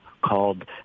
called